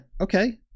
okay